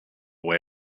way